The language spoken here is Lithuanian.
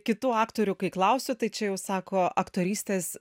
kitų aktorių kai klausiu tai čia jau sako aktorystės